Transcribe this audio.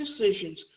decisions